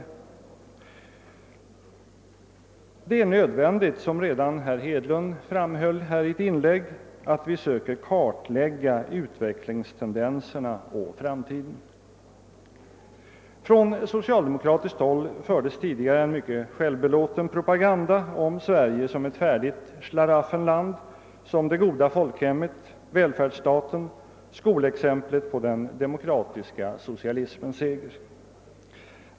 Det är nödvändigt, som herr Hedlund redan framhållit i ett inlägg, att vi söker kartlägga utvecklingstendenserna för framtiden. Från socialdemokratiskt håll fördes tidigare en mycket självbelåten propagande om Sverige som ett färdigt »Schlaraffendland», som det goda folkhemmet, välfärdsstaten, skolexemplet på den demokratiska socialismens seger.